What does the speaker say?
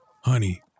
Honey